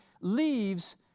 leaves